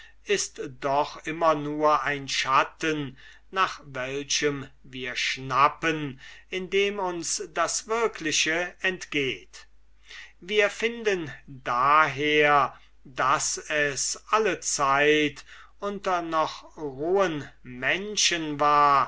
ist doch immer nur ein schatten nach welchem wir schnappen indem uns das wirkliche entgeht wir finden daher daß es allezeit unter noch rohen menschen